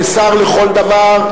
כשר לכל דבר,